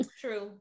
true